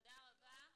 תודה רבה.